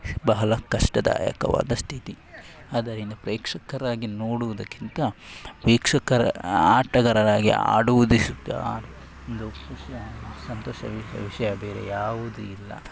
ಬಹಳ ಕಷ್ಟದಾಯಕವಾದ ಸ್ಥಿತಿ ಅದರಿಂದ ಪ್ರೇಕ್ಷಕರಾಗಿ ನೋಡುವುದಕ್ಕಿಂತ ವೀಕ್ಷಕರ ಆಟಗಾರರಾಗಿ ಆಡುವುದೇ ಸೂಕ್ತ ಒಂದು ಖುಷಿಯ ಸಂತೋಷ ವಿಷಯ ಬೇರೆ ಯಾವುದು ಇಲ್ಲ